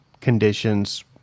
conditions